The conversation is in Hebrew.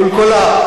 מול כל,